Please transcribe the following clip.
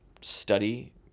study